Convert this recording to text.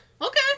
Okay